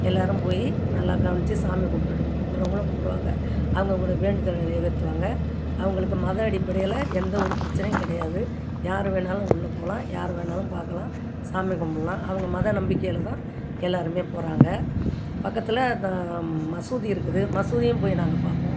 எல்லோரும் போயி நல்லா கவனித்து சாமி கும்பிட்டுட்டு கும்பிட்றவங்களும் கும்பிடுவாங்க அவங்க அவங்களோட வேண்டுதலை நிறைவேற்றுவாங்க அவங்களுக்கு மத அடிப்படையில் எந்த ஒரு பிரச்சனையும் கிடையாது யார் வேணாலும் உள்ளே போகலாம் யார் வேணாலும் பார்க்கலாம் சாமி கும்பிட்லாம் அவங்க மத நம்பிக்கையில் தான் எல்லோருமே போகிறாங்க பக்கத்தில் அந்த மசூதி இருக்குது மசூதியும் போய் நாங்கள் பார்ப்போம்